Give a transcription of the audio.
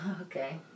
Okay